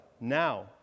Now